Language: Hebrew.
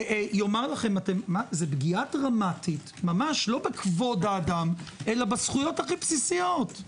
יגיד לכם: זה פגיעה דרמטית לא בכבוד האדם אלא בזכויות הכי בסיסיות.